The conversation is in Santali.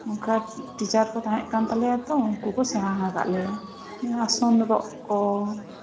ᱚᱱᱠᱟ ᱴᱤᱪᱟᱨ ᱠᱚ ᱛᱟᱦᱮᱸ ᱠᱟᱱ ᱛᱟᱞᱮᱭᱟ ᱛᱚ ᱩᱱᱠᱩ ᱥᱮᱲᱟ ᱠᱟᱜ ᱞᱮᱭᱟ ᱟᱥᱚᱱ ᱨᱚᱜ ᱠᱚ